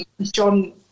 John